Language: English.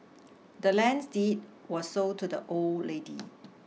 the land's deed was sold to the old lady